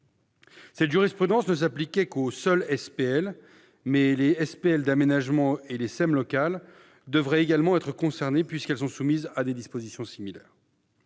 Cette jurisprudence ne s'appliquait qu'aux seules SPL, mais les SPL d'aménagement et les SEM locales devraient également être concernées, puisqu'elles sont soumises à des dispositions similaires.